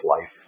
life